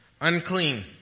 unclean